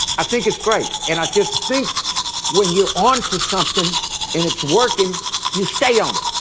i think it's great. and i just think when you're on to something and it's working you stay on it.